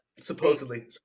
supposedly